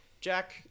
Jack